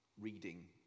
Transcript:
reading